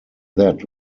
that